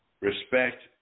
respect